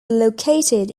located